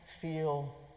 feel